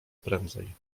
prędzej